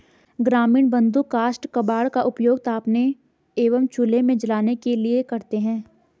ग्रामीण बंधु काष्ठ कबाड़ का उपयोग तापने एवं चूल्हे में जलाने के लिए करते हैं